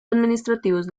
administrativos